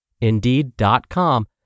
Indeed.com